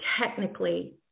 technically